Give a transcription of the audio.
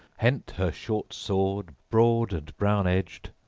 hent her short sword, broad and brown-edged,